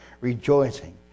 rejoicing